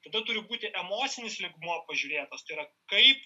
tada turi būti emocinis lygmuo pažiūrėtas tai yra kaip